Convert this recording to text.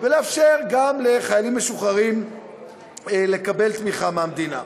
ולאפשר גם לחיילים משוחררים לקבל תמיכה מהמדינה.